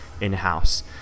in-house